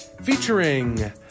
featuring